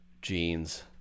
jeans